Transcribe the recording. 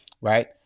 right